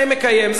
זה הכול.